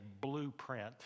blueprint